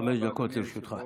חמש דקות לרשותך.